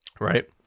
right